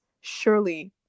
surely